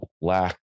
lack